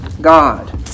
God